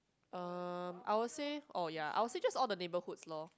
um I will say oh ya I will say just all the neighbourhoods lor